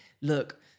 Look